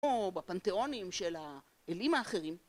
כמו בפנתאונים של האלים האחרים.